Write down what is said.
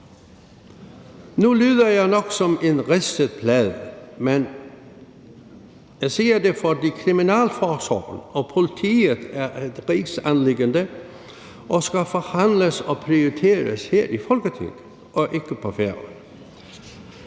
Nu lyder jeg nok som en ridset plade, men jeg siger det, fordi kriminalforsorgen og politiet er et rigsanliggende og skal forhandles og prioriteres her i Folketinget og ikke på